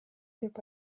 деп